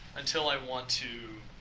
until i want to